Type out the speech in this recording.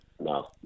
no